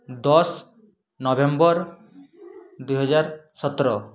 ଦଶ ନଭେମ୍ବର୍ ଦୁଇ ହଜାର ସତର